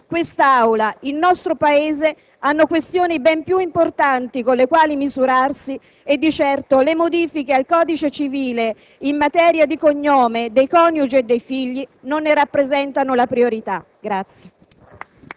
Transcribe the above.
Quest'Assemblea e il nostro Paese hanno questioni ben più importanti con le quali misurarsi e di certo le modifiche al codice civile in materia di cognome del coniuge e dei figli non ne rappresentano la priorità.